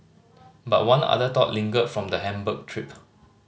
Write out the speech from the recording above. but one other thought lingered from the Hamburg trip